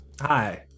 Hi